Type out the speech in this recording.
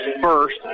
first